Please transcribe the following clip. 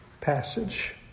passage